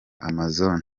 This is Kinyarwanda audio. amazon